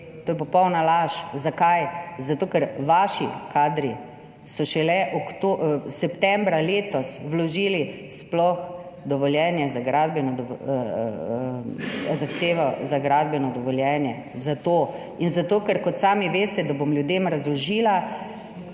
To je popolna laž. Zakaj? Zato, ker so vaši kadri šele septembra letos sploh vložili zahtevo za gradbeno dovoljenje, in zato, ker, kot sami veste, bom ljudem razložila,